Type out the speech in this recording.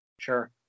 Sure